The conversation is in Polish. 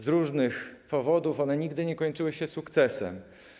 Z różnych powodów one nigdy nie kończyły się sukcesem.